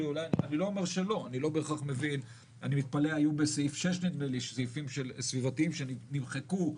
היו בסעיף 6 נדמה לי סעיפים סביבתיים שנמחקו,